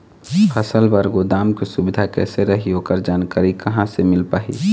फसल बर गोदाम के सुविधा कैसे रही ओकर जानकारी कहा से मिल पाही?